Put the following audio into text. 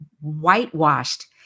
whitewashed